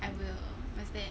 I will what's that